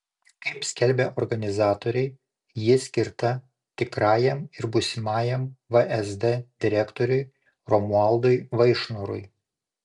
kaip skelbia organizatoriai ji skirta tikrajam ir būsimajam vsd direktoriui romualdui vaišnorui